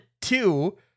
two